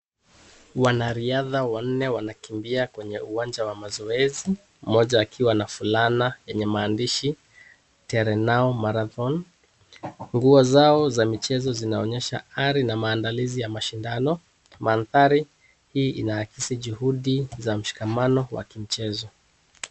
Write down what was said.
Wanariadha wanne wanakimbia kwenye uwanja wa mazoezi. Mmoja akiwa na fulana, yenye maandishi. Tere nao Marathon. Nguo zao za michezo zinaonyesha ari na maandalizi ya mashindano. Mantari hii inaakisi juhudi za mshikamano wa kimchezo.